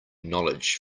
knowledge